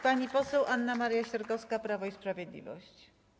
Pani poseł Anna Maria Siarkowska, Prawo i Sprawiedliwość.